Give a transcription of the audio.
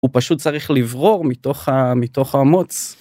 הוא פשוט צריך לברור מתוך ה.. מתוך המוץ.